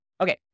Okay